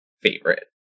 favorite